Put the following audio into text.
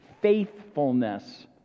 faithfulness